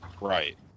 Right